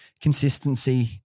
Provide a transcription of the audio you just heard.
consistency